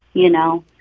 you know?